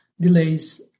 delays